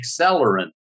accelerant